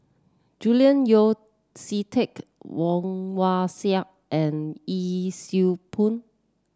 Julian Yeo See Teck Woon Wah Siang and Yee Siew Pun